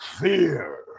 fear